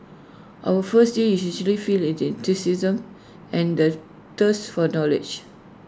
our first year is usually filled IT enthusiasm and the thirst for knowledge